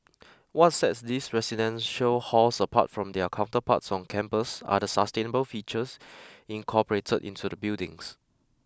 what sets these residential halls apart from their counterparts on campus are the sustainable features incorporated into the buildings